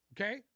Okay